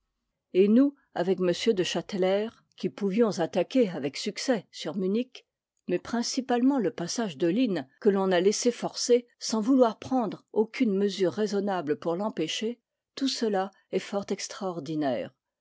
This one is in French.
et nous avec m de chatelair qui pouvions attaquer avec succès sur munich mais principalement le passage w de rinn que ton a laissé forcer sans vouloir prendre auune mesure raisonnable pour tempêcher tout cela est fort extraordinaire